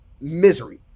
misery